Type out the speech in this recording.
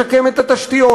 לשקם את התשתיות,